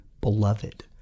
Beloved